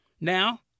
Now